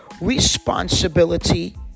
responsibility